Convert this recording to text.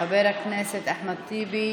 חבר הכנסת אחמד טיבי,